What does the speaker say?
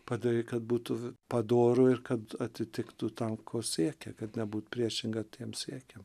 padaryk kad būtų padoru ir kad atitiktų tą ko siekia kad nebūtų priešinga tiem siekiam